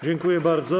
Dziękuję bardzo.